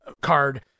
card